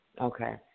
Okay